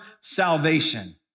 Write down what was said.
salvation